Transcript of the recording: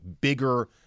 bigger